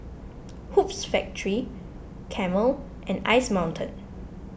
Hoops Factory Camel and Ice Mountain